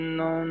no